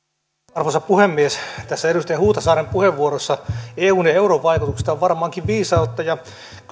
arvoisa puhemies tässä edustaja huhtasaaren puheenvuorossa eun ja euron vaikutuksista on varmaankin viisautta